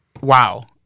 Wow